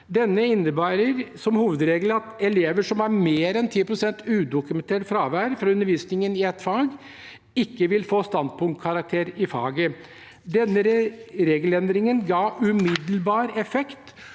Denne innebærer at hovedregelen er at elever som har mer enn 10 pst. udokumentert fravær fra undervisningen i et fag, ikke vil få standpunktkarakter i faget. Denne regelendringen ga umiddelbar effekt,